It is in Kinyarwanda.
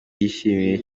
yishimiwe